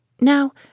Now